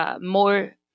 more